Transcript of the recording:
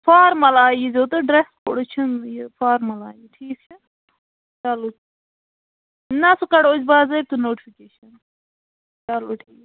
formal آیہِ یِیٖزیٚو تُہۍ ڈرٛیس کوڈٕچ چھَنہٕ یہِ فارمَل آیہِ ٹھیٖک چھا چلو نَہ سُہ کَڈو أسۍ باضٲبطہٕ نوٚٹِفِکیشَن چلو ٹھیٖک چھُ